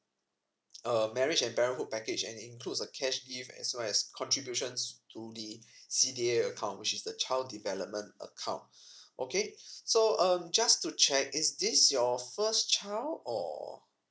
uh marriage and parenthood package and includes a cash gift as well as contributions to the C_D_A account which is the child development account okay so um just to check is this your first child or